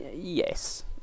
Yes